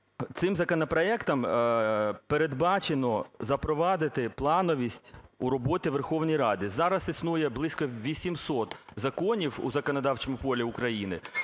Цим законопроектом передбачено запровадити плановість у роботі Верховної Ради. Зараз існує близько 800 законів у законодавчому полі України,